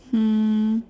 hmm